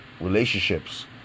relationships